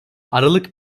aralık